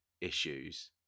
issues